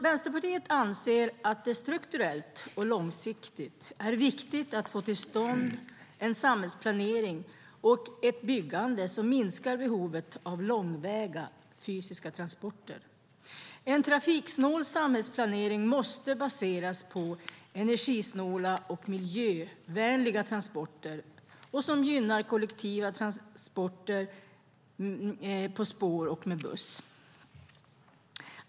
Vänsterpartiet anser att det strukturellt och långsiktigt är viktigt att få till stånd en samhällsplanering och ett byggande som minskar behovet av långväga fysiska transporter. En trafiksnål samhällsplanering måste baseras på energisnåla och miljövänliga transporter och gynna kollektiva transporter på spår och med buss.